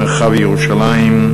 מרחב ירושלים,